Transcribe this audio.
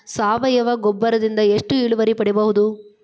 ಸಾವಯವ ಗೊಬ್ಬರದಿಂದ ಎಷ್ಟ ಇಳುವರಿ ಪಡಿಬಹುದ?